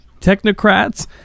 technocrats